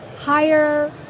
higher